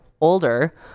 older